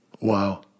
Wow